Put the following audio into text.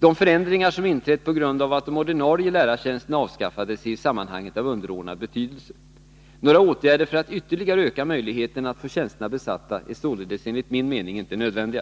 De förändringar som inträtt på grund av att de ordinarie lärartjänsterna avskaffades är i sammanhanget av underordnad betydelse. Några åtgärder för att ytterligare öka möjligheterna att få tjänsterna besatta är således enligt min mening inte nödvändiga.